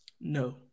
No